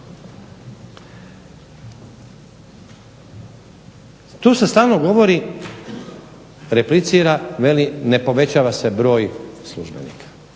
Tu se stalno govori replicira veli ne povećava se broj službenika.